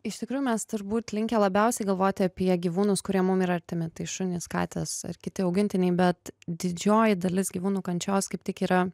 iš tikrųjų mes turbūt linkę labiausiai galvoti apie gyvūnus kurie mum yra artimi tai šunys katės ar kiti augintiniai bet didžioji dalis gyvūnų kančios kaip tik yra